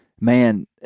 man